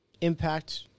Impact